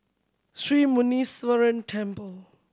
Sri Muneeswaran Temple